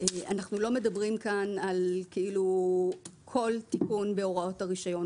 אנחנו לא מדברים כאן על כל תיקון בהוראות הרישיון.